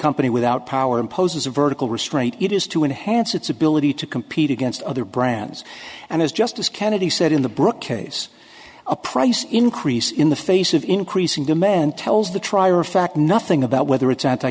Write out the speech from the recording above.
company without power imposes a vertical restraint it is to enhance its ability to compete against other brands and as justice kennedy said in the book case a price increase in the face of increasing demand tells the trier of fact nothing about whether it's anti